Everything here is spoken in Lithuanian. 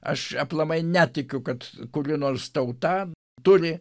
aš aplamai netikiu kad kuri nors tauta turi